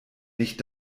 nicht